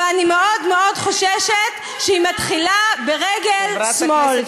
אבל אני מאוד מאוד חוששת שהיא מתחילה ברגל שמאל.